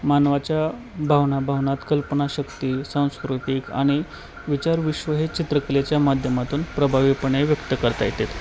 मानवाच्या भावना भावनात कल्पनाशक्ती सांस्कृतिक आणि विचार विश्व हे चित्रकलेच्या माध्यमातून प्रभावीपणे व्यक्त करता येतात